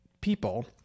people